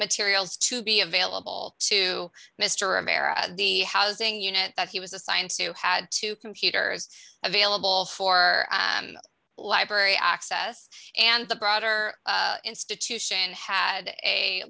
materials to be available to mr of there at the housing unit that he was assigned to had two computers available for library access and the broader institution had a